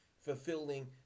fulfilling